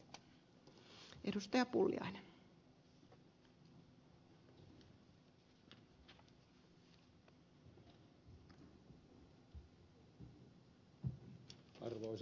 arvoisa puhemies